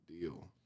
deal